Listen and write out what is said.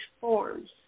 forms